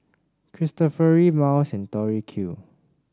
Cristofori Miles and Tori Q